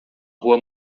rua